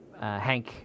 Hank